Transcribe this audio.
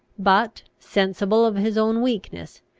but, sensible of his own weakness,